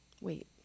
Wait